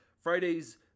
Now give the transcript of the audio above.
Friday's